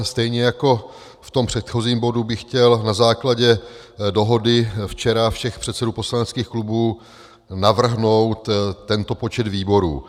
Stejně jako v předchozím bodu bych chtěl na základě včerejší dohody všech předsedů poslaneckých klubů navrhnout tento počet výborů.